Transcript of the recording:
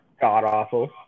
god-awful